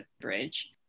bridge